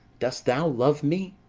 dost thou love me,